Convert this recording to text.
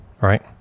right